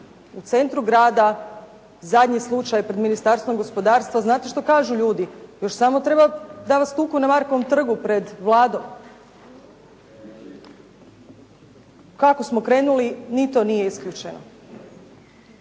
u centru grada. Zadnji slučaj pred Ministarstvom gospodarstva. Znate što kažu ljudi? Još samo treba da vas tuku na Markovom trgu pred Vladom. Kako smo krenuli ni to nije isključeno.